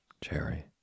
cherry